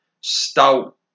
stout